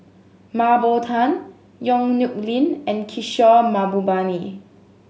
Mah Bow Tan Yong Nyuk Lin and Kishore Mahbubani